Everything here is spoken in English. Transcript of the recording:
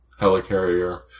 helicarrier